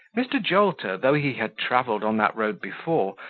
mr. jolter, though he had travelled on that road before,